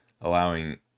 allowing